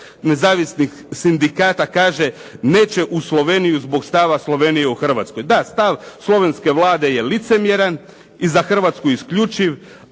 nezavisnih sindikata kaže: "Neće u Sloveniju zbog stava Slovenije o Hrvatskoj.". Da, stav slovenske vlade je licemjeran i za Hrvatsku isključiv,